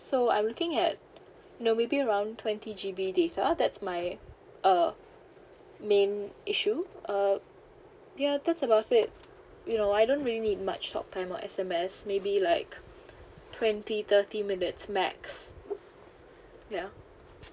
so I'm looking at you know maybe around twenty G_B data that's my uh main issue uh ya that's about it you know I don't really need much talk time or S_M_S maybe like twenty thirty minutes max yeah